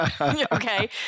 Okay